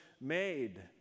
made